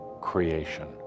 creation